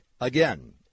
Again